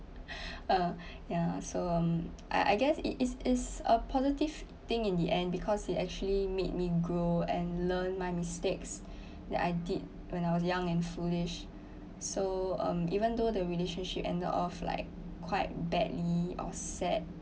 uh yeah so um I I guess it is is a positive thing in the end because it actually made me grow and learn my mistakes that I did when I was young and foolish so um even though the relationship ended off like quite badly or sad